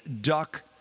duck